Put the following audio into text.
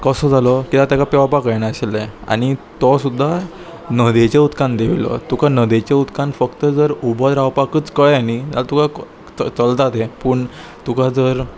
कसो जालो कित्याक ताका पेंवपाक कळनाशिल्लें आनी तो सुद्दां नदयेचें उदकान देंविल्लो तुका नदयेचें उदकान फक्त जर उबो रावपाकच कळ्ळें न्ही जाल्यार तुका चलता तें पूण तुका जर